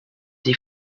des